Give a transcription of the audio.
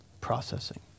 processing